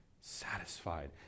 satisfied